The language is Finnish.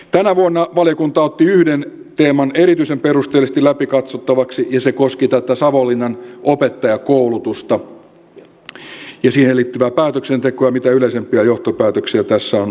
tänä vuonna valiokunta otti yhden teeman erityisen perusteellisesti läpi katsottavaksi ja se koski tätä savonlinnan opettajankoulutusta ja siihen liittyvää päätöksentekoa ja sitä mitä yleisempiä johtopäätöksiä tässä on syytä tehdä